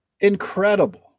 Incredible